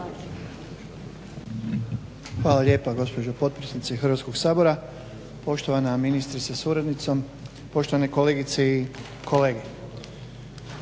Hvala lijepa gospođo potpredsjednice Hrvatskog sabora, poštovana ministrice sa suradnicom, poštovani kolegice i kolege.